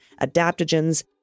adaptogens